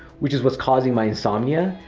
which is what's causing my insomnia,